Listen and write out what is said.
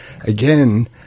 again